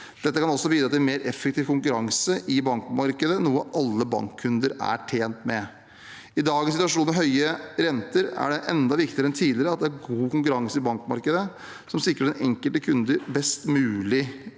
Dette kan også bidra til en mer effektiv konkurranse i bankmarkedet, noe alle bankkunder er tjent med. I dagens situasjon med høye renter er det enda viktigere enn tidligere at det er god konkurranse i bankmarkedet, som sikrer den enkelte kunde best mulig